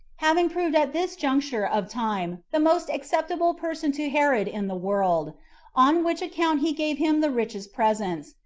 having proved at this juncture of time the most acceptable person to herod in the world on which account he gave him the richest presents,